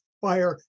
fire